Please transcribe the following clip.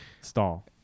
Stall